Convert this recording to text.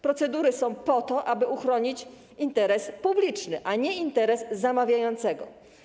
Procedury są po to, aby chronić interes publiczny, a nie interes zamawiającego.